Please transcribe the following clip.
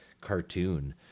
cartoon